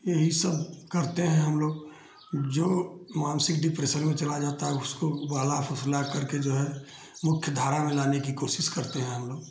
यही सब करते हैं हमलोग जो मानसिक डिप्रेशन में चला जाता है उसको बहला फुसला करके जो है मुख्यधारा में लाने की कोशिश करते हैं हमलोग